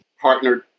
partnered